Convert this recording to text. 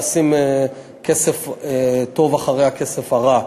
לשים כסף טוב אחרי הכסף הרע.